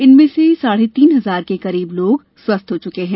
इनमें से साढ़े तीन हजार के करीब लोग स्वस्थ हो चुके हैं